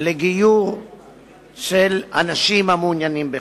לגיור אנשים המעוניינים בכך.